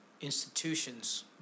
institutions